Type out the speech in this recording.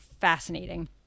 fascinating